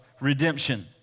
redemption